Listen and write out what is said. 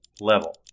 Level